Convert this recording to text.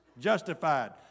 justified